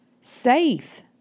safe